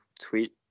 tweet